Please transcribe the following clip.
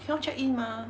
cannot check in mah